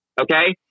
okay